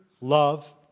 love